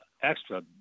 extra